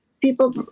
People